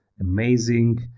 amazing